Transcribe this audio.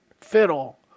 fiddle